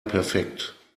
perfekt